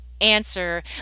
answer